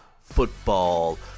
Football